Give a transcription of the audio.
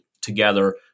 together